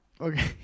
Okay